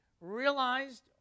realized